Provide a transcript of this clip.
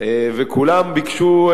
וכולם ביקשו,